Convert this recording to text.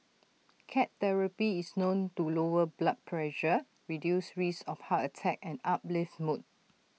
cat therapy is known to lower blood pressure reduce risks of heart attack and uplift mood